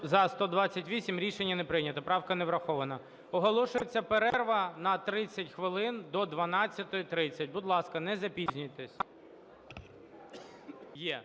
За-128 Рішення не прийнято. Правка не врахована. Оголошується перерва на 30 хвилин, до 12:30. Будь ласка, не запізнюйтесь.